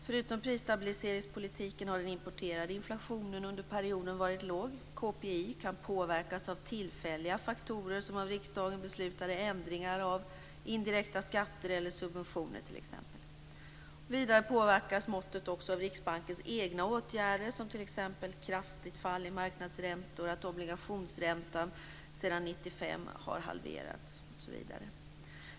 Förutom prisstabiliseringspolitiken har den importerade inflationen under perioden varit låg. KPI kan påverkas av tillfälliga faktorer, som av riksdagen beslutade ändringar av indirekta skatter eller subventioner. Vidare påverkas måttet också av Riksbankens egna åtgärder, t.ex. kraftigt fall i marknadsräntor, att obligationsräntan sedan 1995 har halverats osv.